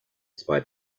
zwei